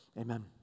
Amen